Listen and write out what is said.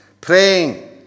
Praying